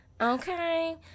okay